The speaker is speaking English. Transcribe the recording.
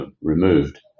removed